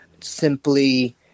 simply